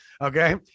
Okay